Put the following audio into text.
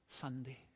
Sunday